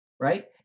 Right